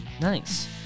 Nice